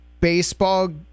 baseball